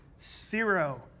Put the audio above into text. Zero